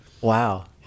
Wow